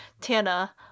Tana